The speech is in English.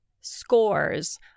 scores